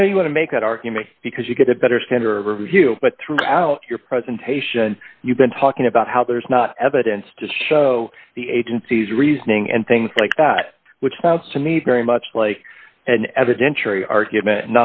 i know you want to make that argument because you get a better standard of review but throughout your presentation you've been talking about how there's not evidence to show the agency's reasoning and things like that which sounds to me very much like an evidentiary argument